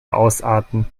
ausarten